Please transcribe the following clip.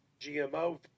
GMO